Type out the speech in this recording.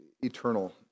eternal